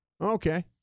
okay